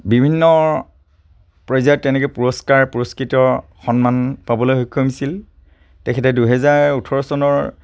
বিভিন্ন পৰ্যায়ত তেনেকে পুৰস্কাৰ পুৰস্কৃত সন্মান পাবলৈ সক্ষম হৈছিল তেখেতে দুহেজাৰ ওঠৰ চনৰ